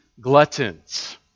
gluttons